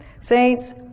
Saints